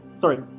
sorry